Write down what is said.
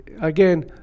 again